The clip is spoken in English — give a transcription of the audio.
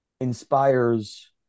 inspires